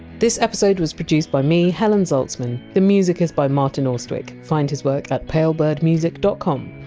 this episode was produced by me, helen zaltzman. the music is by martin austwick find his work at palebirdmusic dot com.